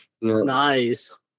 Nice